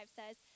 says